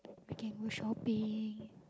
we can go shopping